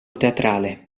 teatrale